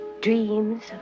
dreams